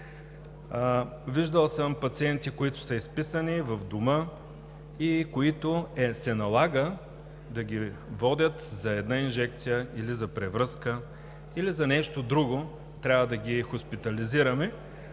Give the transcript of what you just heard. Виждал съм пациенти, които са изписани в дома и които се налага да ги водят за една инжекция или за превръзка, или за нещо друго, трябва да ги хоспитализираме